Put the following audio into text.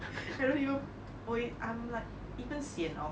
I don't even hold it I am even sian of